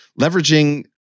leveraging